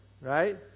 right